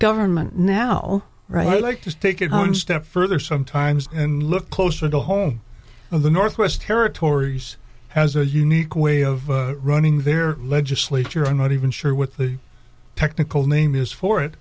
government now right like to take it one step further sometimes and look closer to home in the northwest territories has a unique way of running their legislature and not even sure what the technical name is for it